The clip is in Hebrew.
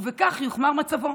ובכך יוחמר מצבו.